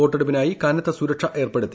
വോട്ടെടുപ്പിനായി കനത്ത സുരക്ഷ ഏർപ്പെടുത്തി